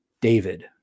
David